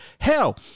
Hell